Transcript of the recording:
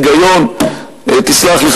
היגיון תסלח לי,